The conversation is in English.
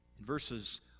Verses